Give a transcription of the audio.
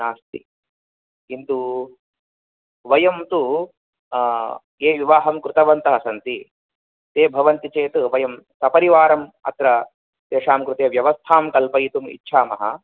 नास्ति किन्तु वयं तु ये विवाहं कृतवन्तः सन्ति ते भवन्ति चेत् वयं सपरिवारम् अत्र तेषां कृते व्यवस्थां कल्पयितुम् इच्छामः